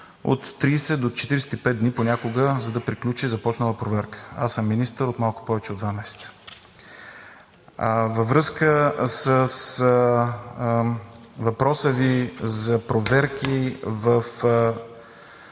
от 30 до 45 дни понякога, за да приключи започнала проверка. Аз съм министър от малко повече от два месеца. А във връзка с въпроса Ви за проверки в